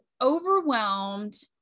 overwhelmed